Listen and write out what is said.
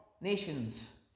nations